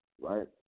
right